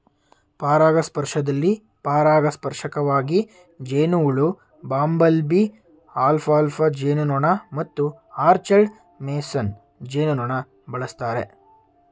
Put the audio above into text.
ಪರಾಗಸ್ಪರ್ಶದಲ್ಲಿ ಪರಾಗಸ್ಪರ್ಶಕವಾಗಿ ಜೇನುಹುಳು ಬಂಬಲ್ಬೀ ಅಲ್ಫಾಲ್ಫಾ ಜೇನುನೊಣ ಮತ್ತು ಆರ್ಚರ್ಡ್ ಮೇಸನ್ ಜೇನುನೊಣ ಬಳಸ್ತಾರೆ